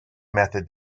method